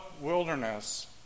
wilderness